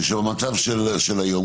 שבמצב של היום,